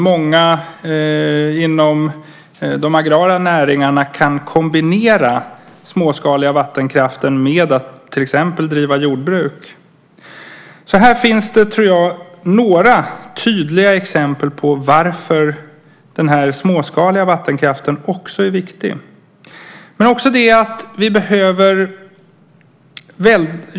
Många inom de agrara näringarna kan kombinera småskalig vattenkraft med att till exempel driva jordbruk. Här finns det, tror jag, några tydliga exempel på varför den småskaliga vattenkraften också är viktig.